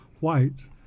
whites